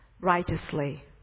righteously